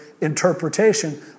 interpretation